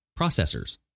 processors